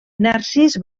narcís